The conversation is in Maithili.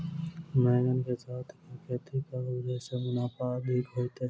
बैंगन कऽ साथ केँ खेती करब जयसँ मुनाफा अधिक हेतइ?